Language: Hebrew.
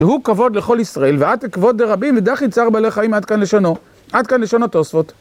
והוא כבוד לכל ישראל, ואת כבוד רבים, ודחי צער בעלי חיים עד כאן לשונו. עד כאן לשון התוספות.